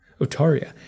Otaria